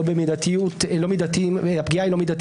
הפשיעה בחברה